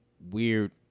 weird